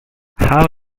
how